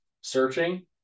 searching